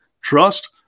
trust